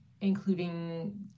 including